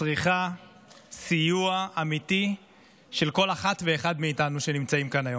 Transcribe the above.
צריכה סיוע אמיתי מכל אחת ואחד מאיתנו שנמצאים כאן היום,